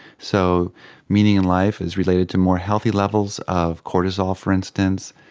so meaning in life is related to more healthy levels of cortisol, for instance,